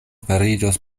fariĝos